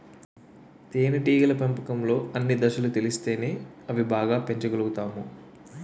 తేనేటీగల పెంపకంలో అన్ని దశలు తెలిస్తేనే అవి బాగా పెంచగలుతాము